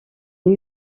new